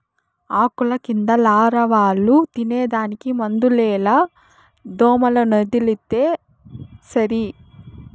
ఆకుల కింద లారవాలు తినేదానికి మందులేల దోమలనొదిలితే సరి